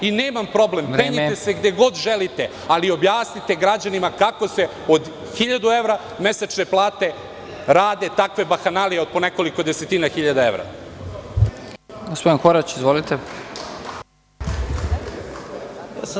Nemam problem, penjite se gde god želite, ali objasnite građanima kako se od 1.000 evra mesečne plate rade takve bahanalije od po nekoliko desetina hiljada evra.